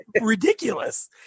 ridiculous